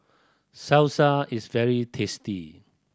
salsa is very tasty